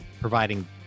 providing